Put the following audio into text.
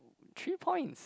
three points